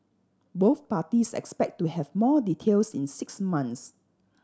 both parties expect to have more details in six months